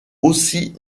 aussi